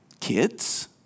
kids